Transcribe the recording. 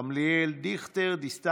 גילה גמליאל, אבי דיכטר, גלית דיסטל,